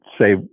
say